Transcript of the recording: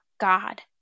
God